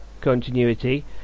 continuity